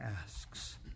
asks